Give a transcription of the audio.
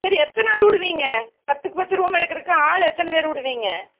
சரி எத்தன்னாள் விடுவீங்க பத்துக்கு பத்து ரூம் எடுக்குறதுக்கு ஆள் எத்தனை பேர் விடுவீங்க